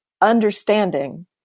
understanding